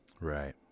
Right